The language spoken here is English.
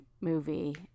movie